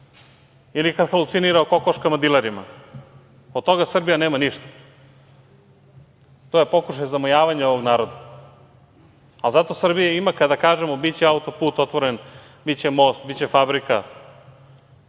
ili kada halucinira o kokoškama i dilerima. Od toga Srbija nema ništa. To je pokušaj zamajavana ovog naroda. Zato Srbija ima kada kažemo, biće auto-put otvoren, biće most, biće fabrika,